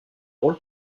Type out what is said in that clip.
rôle